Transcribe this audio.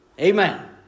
Amen